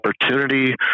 opportunity